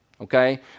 okay